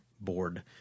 board